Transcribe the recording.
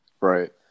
right